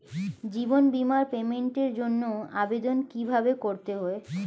জীবন বীমার পেমেন্টের জন্য আবেদন কিভাবে করতে হয়?